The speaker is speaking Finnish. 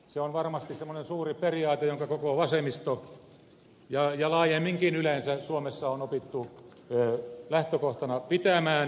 se on varmasti semmoinen suuri periaate jota koko vasemmisto ja jota laajemminkin yleensä suomessa on opittu lähtökohtana pitämään